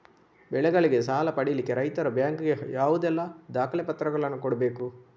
ಬೆಳೆಗಳಿಗೆ ಸಾಲ ಪಡಿಲಿಕ್ಕೆ ರೈತರು ಬ್ಯಾಂಕ್ ಗೆ ಯಾವುದೆಲ್ಲ ದಾಖಲೆಪತ್ರಗಳನ್ನು ಕೊಡ್ಬೇಕು?